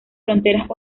fronteras